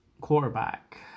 quarterback